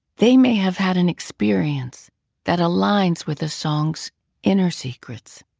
they may have had an experience that aligns with a song's inner secrets,